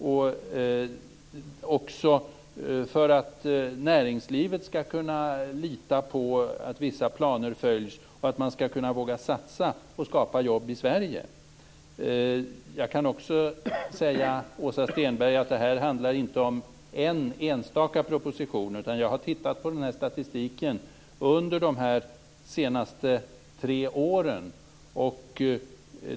De är också till för att näringslivet skall kunna lita på att vissa planer följs, och att man skall våga satsa och skapa jobb i Sverige. Detta handlar inte om en enstaka proposition, Åsa Stenberg. Jag har tittat på statistiken för de senaste tre åren.